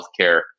healthcare